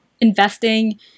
investing